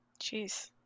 Jeez